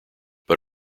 but